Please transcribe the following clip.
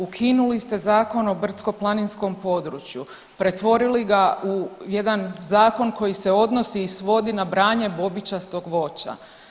Ukinuli ste Zakon o brdsko-planinskom području, pretvorili ga u jedan zakon koji se odnosi i svodi na branje bobičastog voća.